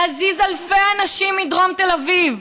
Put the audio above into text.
להזיז אלפי אנשים מדרום תל אביב.